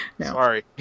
Sorry